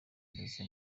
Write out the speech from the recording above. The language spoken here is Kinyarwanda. ndetse